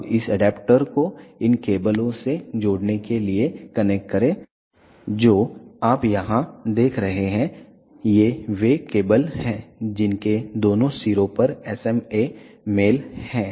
अब इस एडेप्टर को इन केबलों से जोड़ने के लिए कनेक्ट करें जो आप यहां देख रहे हैं ये वे केबल हैं जिनके दोनों सिरों पर SMA मेल हैं